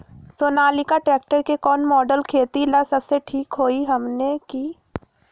Sonalika tractor के कौन model खेती ला सबसे ठीक होई हमने की?